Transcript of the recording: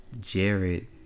Jared